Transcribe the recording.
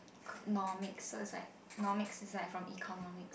got Nomics so its like Nomics is like from economics